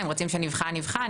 אם רוצים שנבחן אז נבחן,